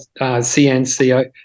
CNCO